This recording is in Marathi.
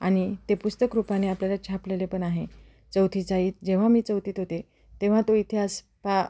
आणि ते पुस्तक रूपाने आपल्याला छापलेले पण आहे चौथीचा इ जेव्हा मी चौथीत होते तेव्हा तो इतिहास पा